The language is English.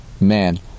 man